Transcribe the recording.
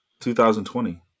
2020